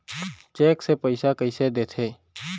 Cheque से पइसा कइसे देथे?